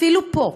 אפילו פה,